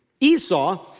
Esau